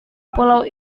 pulau